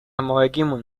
ماهگیمون